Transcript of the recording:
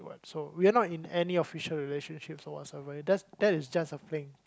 what so we're not in any official relationships or what so ever that is that is just a thing